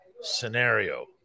scenario